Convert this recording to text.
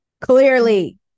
Clearly